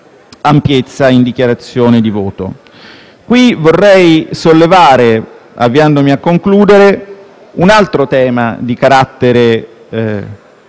ampiezza in fase di dichiarazione di voto. Qui vorrei sollevare, avviandomi a concludere, un altro tema di carattere